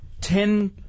ten